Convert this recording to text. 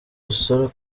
rusaro